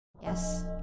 Yes